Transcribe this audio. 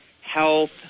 health